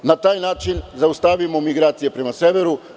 Na naj način zaustavimo migracije prema severu.